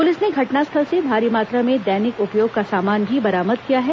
police ने घटनास्थल से भारी मात्रा में दैनिक उपयोग का सामान भी बरामद किया है